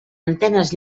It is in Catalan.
antenes